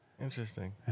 Interesting